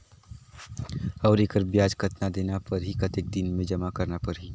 और एकर ब्याज कतना देना परही कतेक दिन मे जमा करना परही??